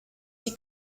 die